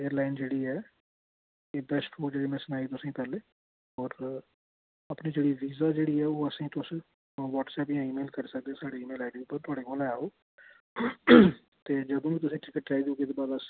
airline जेह्ड़ी ऐ एह् बैस्ट ओह् जेह्ड़ी सनाई में तुसी पैह्ले होर अपनी जेह्ड़ी वीज़ा जेह्ड़ी ऐ ओह असें तुस वाट्सऐप करी जां ई मेल करी सकदे साढ़ी ई मेल आईडी उप्पर थुआड़े कोल ऐ ओह् ते जदूं बी तुसें टिकट चाहिदी होगी ओह्दे बाद अस